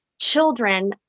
children